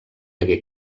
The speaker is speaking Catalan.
hagué